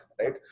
right